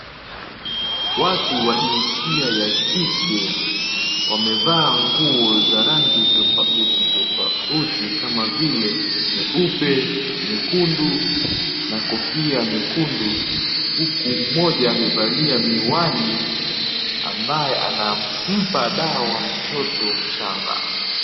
Watu wa jinsia ya kike, wamevaa nguo za rangi tofauti tofauti kama vile, nyeupe, nyekundu na kofia nyekundu. Huku mmoja amevalia miwani, ambaye anampa dawa wa mtoto mchanga.